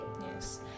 yes